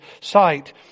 sight